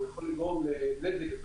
הוא יכול לגרום לנזק יותר